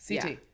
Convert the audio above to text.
CT